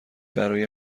برای